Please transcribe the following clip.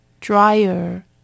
Dryer